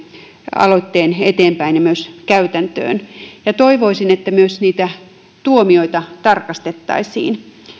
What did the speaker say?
aloitteen eteenpäin ja myös käytäntöön toivoisin että myös tuomioita tarkastettaisiin